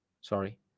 sorry